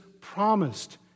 promised